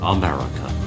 America